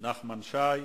נחמן שי.